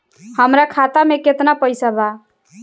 हमरा खाता में केतना पइसा बा?